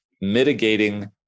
mitigating